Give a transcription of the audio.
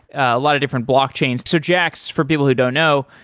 a lot of different blockchains. so jaxx for people who don't know,